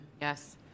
Yes